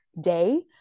day